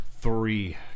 three